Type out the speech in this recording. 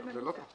זה לא ככה.